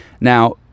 now